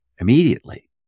immediately